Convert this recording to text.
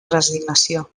resignació